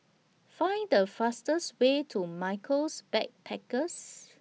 Find The fastest Way to Michaels Backpackers